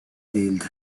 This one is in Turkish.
değildi